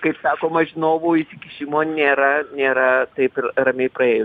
kaip sakoma žinovų įsikišimo nėra nėra taip ramiai praėjus